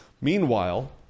Meanwhile